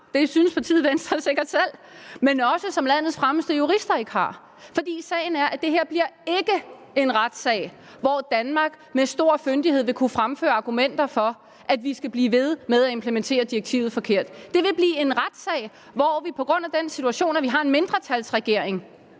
det synes partiet Venstre sikkert selv – men som landets fremmeste jurister heller ikke har. For sagen er, at det her ikke bliver en retssag, hvor Danmark med stor fyndighed vil kunne fremføre argumenter for, at vi skal blive ved med at implementere direktivet forkert. Det vil blive en retssag, hvor vi på grund af den situation, at vi har en mindretalsregering,